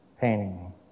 painting